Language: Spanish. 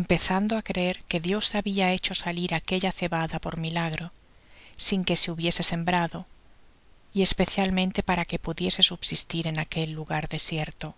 empezando á creer que dios habia hecho salir aquella cebada por milagro sin que se hubiese sembrado y especialmente para que pudiese subsistir en aquel lugar desierto